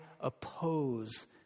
oppose